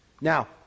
Now